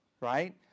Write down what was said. right